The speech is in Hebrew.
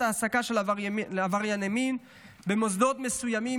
העסקה של עברייני מין במוסדות מסוימים,